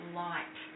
light